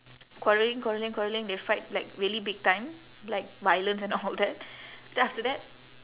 quarrelling quarrelling quarrelling they fight like really big time like violence and all that then after that